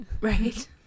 right